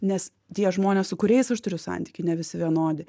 nes tie žmonės su kuriais aš turiu santykį ne visi vienodi